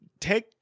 take